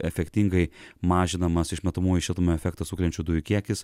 efektingai mažinamas išmetamųjų šiltnamio efektą sukeliančių dujų kiekis